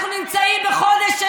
אנחנו נמצאים בחודש,